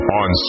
on